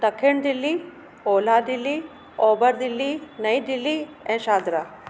दखिण दिल्ली ओलह दिल्ली ओभर दिल्ली नई दिल्ली ऐं शाहदरा